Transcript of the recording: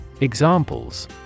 Examples